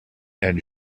and